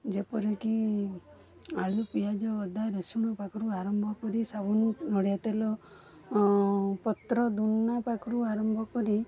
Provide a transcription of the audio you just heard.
ଯେପରିକି ଆଳୁ ପିଆଜ ଅଦା ରସୁଣ ପାଖରୁ ଆରମ୍ଭ କରି ସାବୁନୁ ନଡ଼ିଆ ତେଲ ପତ୍ର ଦୁନା ପାଖରୁ ଆରମ୍ଭ କରି